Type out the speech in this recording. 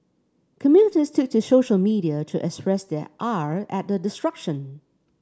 commuters took to social media to express their ire at the disruption